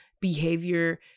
behavior